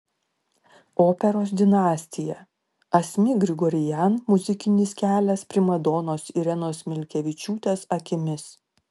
operos dinastija asmik grigorian muzikinis kelias primadonos irenos milkevičiūtės akimis